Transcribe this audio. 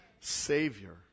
Savior